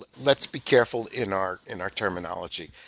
but let's be careful in our in our terminology.